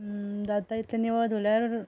जाता तितलें निवळ दवरल्यार